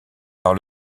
par